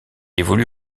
évolue